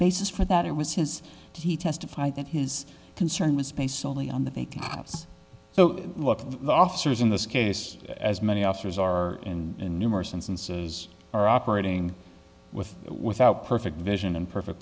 basis for that it was his he testified that his concern was based solely on the vacant house so the officers in this case as many officers are in numerous instances are operating with without perfect vision and perfect